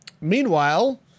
Meanwhile